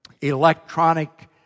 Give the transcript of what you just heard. electronic